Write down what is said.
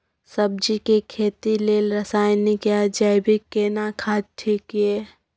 सब्जी के खेती लेल रसायनिक या जैविक केना खाद ठीक ये?